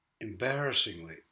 embarrassingly